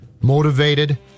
motivated